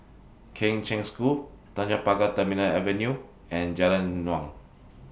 Kheng Cheng School Tanjong Pagar Terminal Avenue and Jalan Naung